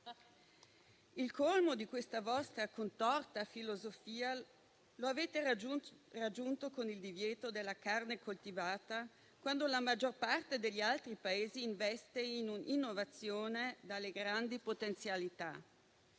Il colmo di questa vostra contorta filosofia lo avete raggiunto con il divieto della carne coltivata, quando la maggior parte degli altri Paesi investe in innovazione dalle grandi potenzialità.